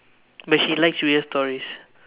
but she likes to hear stories